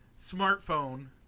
smartphone –